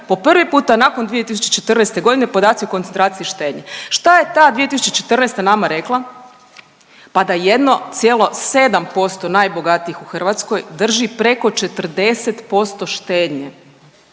po prvi puta nakon 2014. godine podaci o koncentraciji štednje. Šta je ta 2014. nama rekla? Pa da 1,7% najbogatijih u Hrvatskoj drži preko 40% štednje.